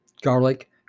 garlic